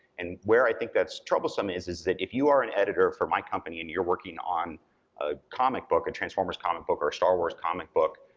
and where i think that's troublesome is is that if you are an editor for my company, and you are working on a comic book, a transformers comic book, or a star wars comic book,